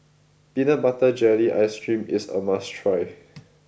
Peanut Butter Jelly ice cream is a must try